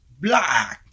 Blocked